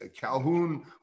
Calhoun